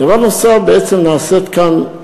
דבר נוסף, בעצם נעשית כאן,